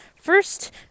first